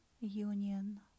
Union